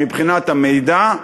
מבחינת המידע,